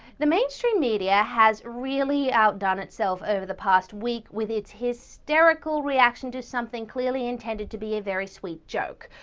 the mainstream media has really outdone itself over the past week with its hysterical reaction to something clearly intended to be a very sweet joke.